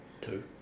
Two